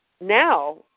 now